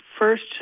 first